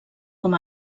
com